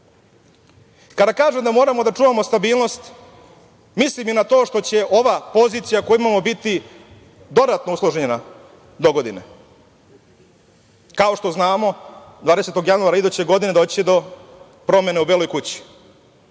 kažem da moramo da čuvamo stabilnost, mislim i na to što će ova pozicija koju imamo biti dodatno usložnjena dogodine. Kao što znamo, 20. januara iduće godine doći će do promena u Beloj kući.